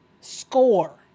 score